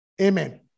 Amen